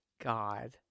God